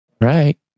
right